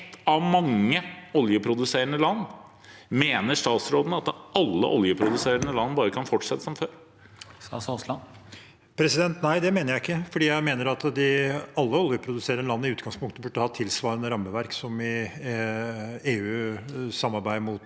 ett av mange oljeproduserende land, mener statsråden at alle oljeproduserende land bare kan fortsette som før? Statsråd Terje Aasland Nei, det mener jeg ikke. Jeg mener at alle oljeproduserende land i utgangspunktet burde ha tilsvarende rammeverk som i EUs samarbeid med